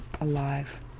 alive